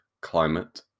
climate